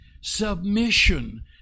submission